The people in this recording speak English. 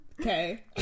okay